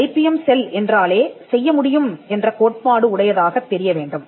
IBM cell என்றாலே செய்யமுடியும் என்ற கோட்பாடு உடையதாகத் தெரியவேண்டும்